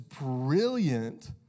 brilliant